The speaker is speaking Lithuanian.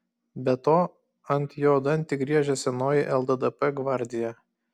be to ant jo dantį griežia senoji lddp gvardija